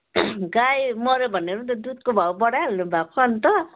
गाई मऱ्यो भनेर दुधको भाउ बढाइहाल्नुभएको अनि त